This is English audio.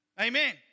Amen